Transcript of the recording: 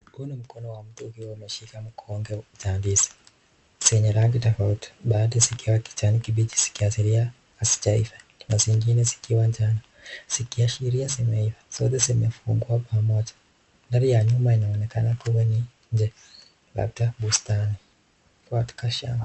Huu ni mkono wa mtu ukiwa umeshika mkonge ya ndizi, zenye rangi tofauti baadhi zikiwa kijani kibichi zikiashiria haizijaiva na zingine zikiwa njano zikiashiria zimeiva, zote zimefungwa pamoja, ndani ya nyumba inaokana kuwa limepata bustani.